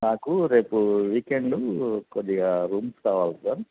నాకు రేపు వీకెండు కొద్దిగా రూమ్స్ కావాలి సార్